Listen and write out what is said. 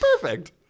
Perfect